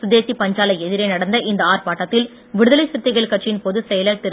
சுதேசிப் பஞ்சாலை எதிரே நடந்த இந்த ஆர்ப்பாட்டத்தில் விடுதலை சிறுத்தைகள் கட்சியின் பொதுச்செயலர் திரு